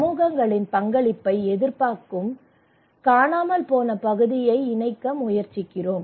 சமூகங்களின் பங்களிப்பை எதிர்பார்க்கும் காணாமல் போன பகுதியை இணைக்க முயற்சிக்கிறோம்